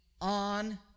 on